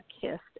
kissed